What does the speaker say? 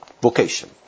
vocation